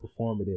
performative